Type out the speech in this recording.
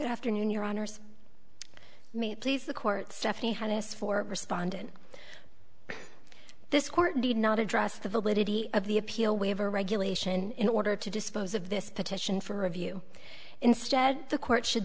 afternoon your honor see me please the court stephanie had this for respondent this court did not address the validity of the appeal waiver or regulation in order to dispose of this petition for review instead the court should